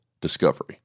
discovery